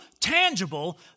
tangible